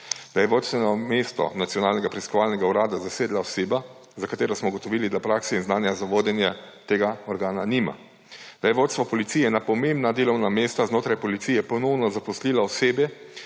da je vodstveno mesto Nacionalnega preiskovalnega urada zasedla oseba, za katero smo ugotovili, da prakse in znanja za vodenje tega organa nima; da je vodstvo policije na pomembna delovna mesta znotraj policije ponovno zaposlilo osebe,